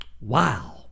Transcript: Wow